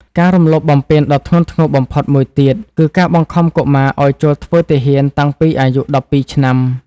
ការរំលោភបំពានដ៏ធ្ងន់ធ្ងរបំផុតមួយទៀត គឺការបង្ខំកុមារឱ្យចូលធ្វើទាហានតាំងពីអាយុ ១២ ឆ្នាំ។